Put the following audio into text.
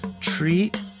treat